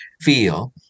feel